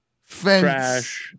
fence